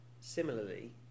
similarly